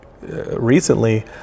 recently